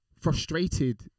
frustrated